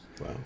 Wow